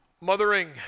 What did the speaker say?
mothering